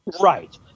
Right